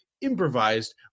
improvised